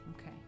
Okay